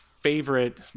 favorite